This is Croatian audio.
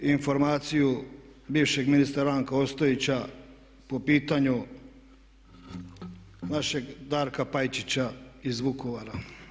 Informaciju bivšeg ministra Ranka Ostojića po pitanju našeg Darka Pajčića iz Vukovara.